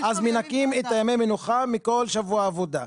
אז תכתוב --- אז מנכים את ימי המנוחה מכל שבוע עבודה.